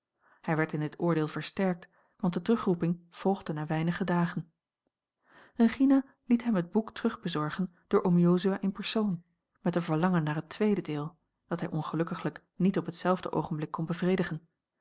hij werd in dit oordeel versterkt want de terugroeping volgde na weinige dagen regina liet hem het boek terugbezorgen door oom jozua in persoon met een verlangen naar het tweede deel dat hij ongelukkiglijk niet op hetzelfde oogenblik kon bevredigen